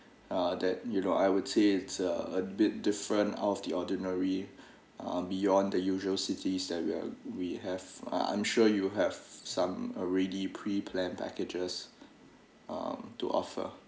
ah that you know I would say it's a a bit different out of the ordinary ah beyond the usual cities that we are we have I I'm sure you have some already pre planned packages um to offer